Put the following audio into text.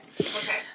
Okay